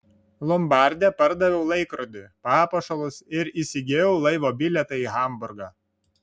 lombarde pardaviau laikrodį papuošalus ir įsigijau laivo bilietą į hamburgą